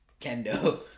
kendo